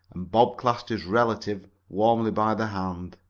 and bob clasped his relative warmly by the hand.